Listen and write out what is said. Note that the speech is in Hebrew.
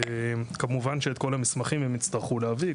כמובן שאת כל המסמכים הם יצטרכו להביא,